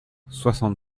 soixante